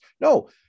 No